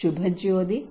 Subhajyoti Dr